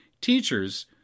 Teachers